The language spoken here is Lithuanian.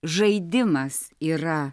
žaidimas yra